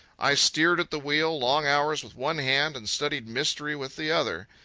i steered at the wheel long hours with one hand, and studied mystery with the other.